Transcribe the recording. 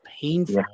painful